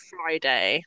Friday